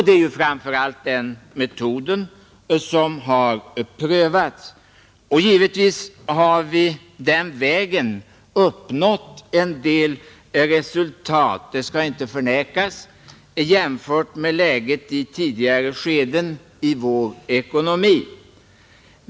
Det är ju framför allt den metoden som har prövats. Givetvis har vi den vägen nått en del resultat — det kan inte förnekas — jämfört med läget i tidigare skeden i vår ekonomi.